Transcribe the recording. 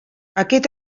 aquest